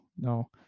no